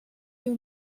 you